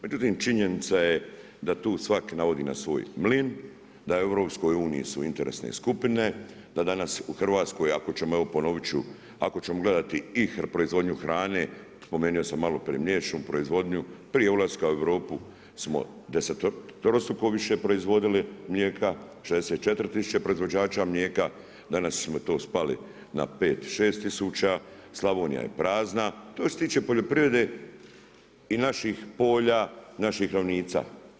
Međutim, činjenica je da tu svak navodi na svoj mlin, da u EU-u su interesne skupine, da danas u Hrvatskoj ako ćemo, evo ponovit ću, ako ćemo gledati i proizvodnju hrane, spomenuo sam maloprije mliječnu proizvodnju, prije ulaska u Europu smo deseterostruko više proizvodili mlijeka, 64 000 proizvođača mlijeka, danas smo spali na 5, 6 tisuća, Slavonija je prazna, to je što se tiče poljoprivrede i naših polja, naših ravnica.